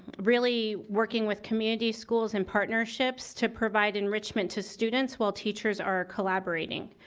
really working with community, schools, and partnerships to provide enrichment to students while teachers are collaborating.